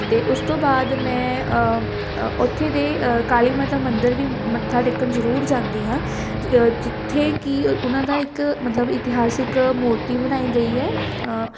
ਅਤੇ ਉਸ ਤੋਂ ਬਾਅਦ ਮੈਂ ਉੱਥੇ ਦੇ ਕਾਲੀ ਮਾਤਾ ਮੰਦਰ ਵੀ ਮੱਥਾ ਟੇਕਣ ਜ਼ਰੂਰ ਜਾਂਦੀ ਹਾਂ ਜਿੱਥੇ ਕਿ ਉਹਨਾਂ ਦਾ ਇੱਕ ਮਤਲਬ ਇਤਿਹਾਸਿਕ ਮੂਰਤੀ ਬਣਾਈ ਗਈ ਹੈ